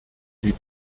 die